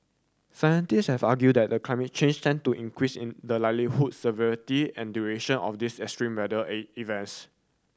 scientist have argued that climate change tend to increase in the likelihood severity and duration of these extreme matter A events